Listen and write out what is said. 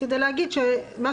מי